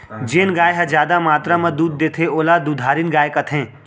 जेन गाय ह जादा मातरा म दूद देथे ओला दुधारिन गाय कथें